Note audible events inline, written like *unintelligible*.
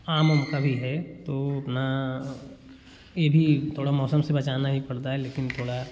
आम *unintelligible* उम का भी है तो अपना यह भी थोड़ा मौसम से बचाना ही पड़ता है लेकिन थोड़ा